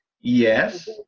yes